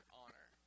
honor